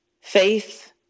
faith